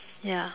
ya